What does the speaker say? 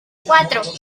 cuatro